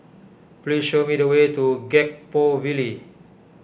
please show me the way to Gek Poh Ville